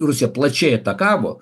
rusija plačiai atakavo